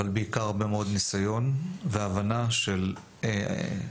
אבל בעיקר הרבה מאוד ניסיון והבנה של תפיסת